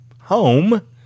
home